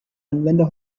anwender